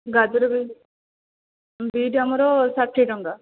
ଗାଜର beet beet ଆମର ଷାଠିଏ ଟଙ୍କା